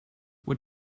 what